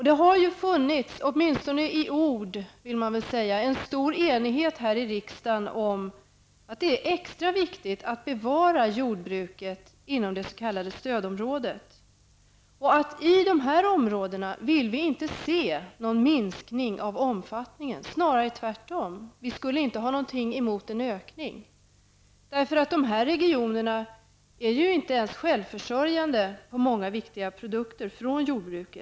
Det har funnits, åtminstone i ord, en stor enighet här i riksdagen om att det är extra viktigt att bevara jordbruket inom det s.k. stödområdet. Vi vill inte se någon minskning av omfattningen i de här områdena, snarare tvärtom. Vi skulle inte ha något emot en ökning, eftersom de här regionerna inte ens är självförsörjande när det gäller många viktiga produkter från jordbruket.